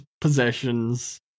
possessions